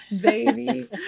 baby